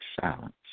silence